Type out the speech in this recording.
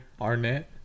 Arnett